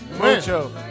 Mucho